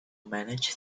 manage